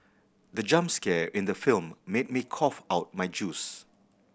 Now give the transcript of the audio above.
the jump scare in the film made me cough out my juice